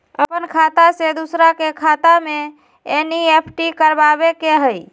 अपन खाते से दूसरा के खाता में एन.ई.एफ.टी करवावे के हई?